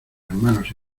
hermanos